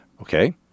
okay